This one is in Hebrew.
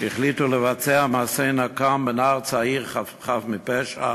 שהחליטו לבצע מעשה נקם בנער צעיר חף מפשע.